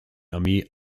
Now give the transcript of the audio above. armee